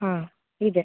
ಹ್ಞೂ ಇದೆ